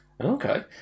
Okay